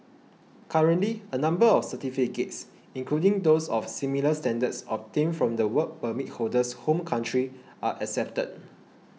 currently a number of certificates including those of similar standards obtained from the Work Permit holder's home country are accepted